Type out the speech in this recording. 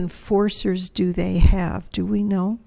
enforcers do they have do we know